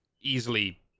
easily